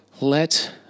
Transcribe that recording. let